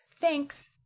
Thanks